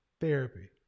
Therapy